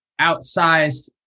outsized